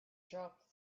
drop